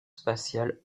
spatial